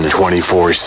24